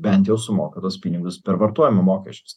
bent jau sumoka tuos pinigus per vartojimo mokesčius